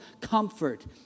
comfort